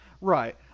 Right